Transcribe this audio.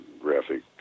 graphic